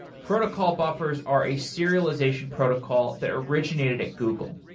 protocol buffers are a serialization protocol that originated at google.